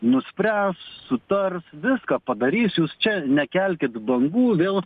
nuspręs sutars viską padarys jūs čia nekelkit bangų vėl